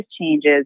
changes